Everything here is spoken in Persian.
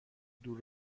دور